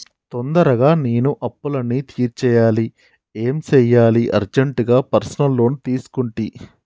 తొందరగా నేను అప్పులన్నీ తీర్చేయాలి ఏం సెయ్యాలి అర్జెంటుగా పర్సనల్ లోన్ తీసుకుంటి